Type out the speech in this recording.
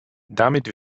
damit